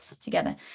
together